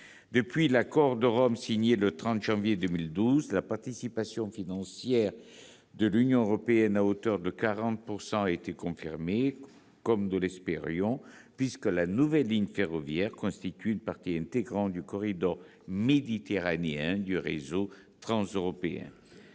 Depuis l'accord de Rome signé le 30 janvier 2012, la participation financière de l'Union européenne à hauteur de 40 % a été confirmée, comme nous l'espérions, puisque la nouvelle ligne ferroviaire constitue une partie intégrante du corridor méditerranéen du réseau transeuropéen.